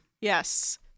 yes